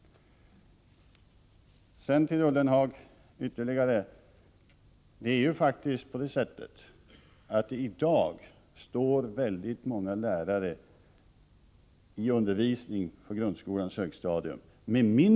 Jag vill vidare säga till Jörgen Ullenhag att det faktiskt är så, att många lärare med mindre än 20 poängs ämnesstudier i dag undervisar på grundskolans högstadium.